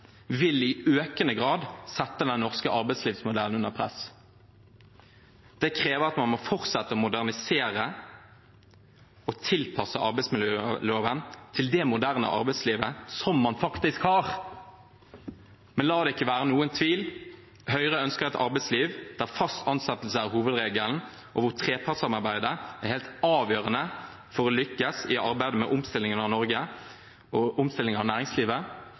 vil i økende grad sette den norske arbeidslivsmodellen under press. Det krever at man må fortsette å modernisere og tilpasse arbeidsmiljøloven til det moderne arbeidslivet som man faktisk har. Men la det ikke være noe tvil: Høyre ønsker et arbeidsliv der fast ansettelse er hovedregelen, og hvor trepartssamarbeidet er helt avgjørende for å lykkes i arbeidet med omstillingen av næringslivet og